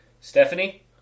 Stephanie